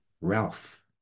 Ralph